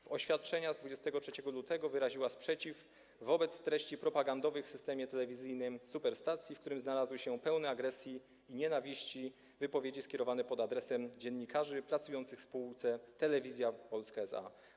W oświadczeniu z 23 lutego wyraziła sprzeciw wobec treści propagowanych w programie telewizyjnym Superstacji, w którym znalazły się pełne agresji i nienawiści wypowiedzi skierowane pod adresem dziennikarzy pracujących w spółce Telewizja Polska SA.